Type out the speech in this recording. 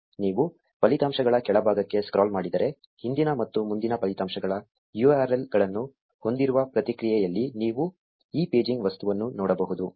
ನೀವು ಫಲಿತಾಂಶಗಳ ಕೆಳಭಾಗಕ್ಕೆ ಸ್ಕ್ರಾಲ್ ಮಾಡಿದರೆ ಹಿಂದಿನ ಮತ್ತು ಮುಂದಿನ ಫಲಿತಾಂಶಗಳ URL ಗಳನ್ನು ಹೊಂದಿರುವ ಪ್ರತಿಕ್ರಿಯೆಯಲ್ಲಿ ನೀವು ಈ ಪೇಜಿಂಗ್ ವಸ್ತುವನ್ನು ನೋಡಬಹುದು